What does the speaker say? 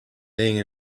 being